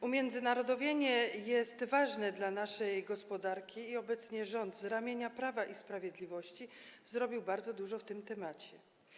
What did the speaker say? Umiędzynarodowienie jest ważne dla naszej gospodarki i obecnie rząd z ramienia Prawa i Sprawiedliwości zrobił bardzo dużo w tym temacie.